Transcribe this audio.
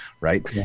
right